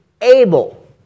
able